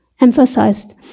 emphasized